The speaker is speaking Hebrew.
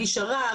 הגיש ערר ,